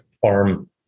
farm